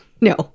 no